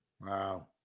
Wow